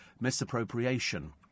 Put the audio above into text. misappropriation